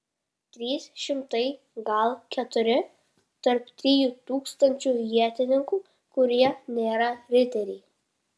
trys šimtai gal keturi tarp trijų tūkstančių ietininkų kurie nėra riteriai